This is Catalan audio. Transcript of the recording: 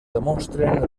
demostren